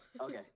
Okay